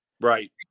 Right